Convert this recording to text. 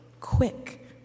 quick